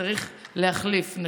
צריך להחליף,